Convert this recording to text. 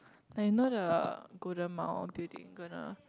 I know the Golden Mile building gonna